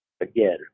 again